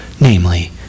namely